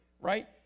right